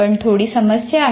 पण थोडी समस्या आहे